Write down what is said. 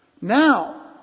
Now